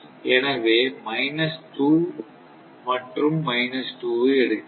எனவே மைனஸ் 2 மற்றும் மைனஸ் 2 வை எடுக்கிறோம்